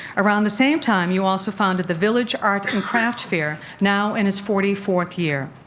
around the same time, you also founded the village art and craft fair now in its forty fourth year.